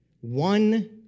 one